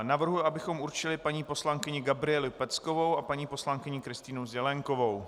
Navrhuji, abychom určili paní poslankyni Gabrielu Peckovou a paní poslankyni Kristýnu Zelienkovou.